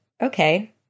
Okay